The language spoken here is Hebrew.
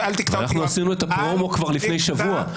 ואל תקטע אותי -- אנחנו עשינו את הפרומו כבר לפני שבוע.